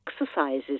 exercises